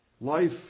Life